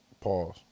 Pause